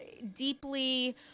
deeply